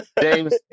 James